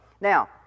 Now